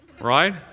Right